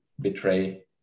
betray